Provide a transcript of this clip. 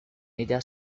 ella